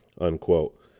Unquote